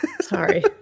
Sorry